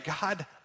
God